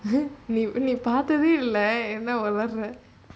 பார்க்கவேஇல்லஎனா:parkave illa yena